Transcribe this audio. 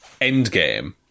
Endgame